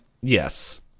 yes